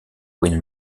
will